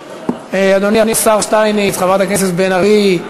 אדוני השר שטייניץ, חברת הכנסת בן ארי,